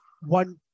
one